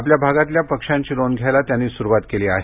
आपल्या भागातल्या पक्ष्यांची नोंद घ्यायला त्यांनी सुरूवात केली आहे